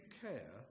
care